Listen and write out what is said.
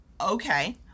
Okay